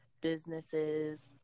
businesses